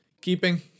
keeping